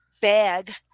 bag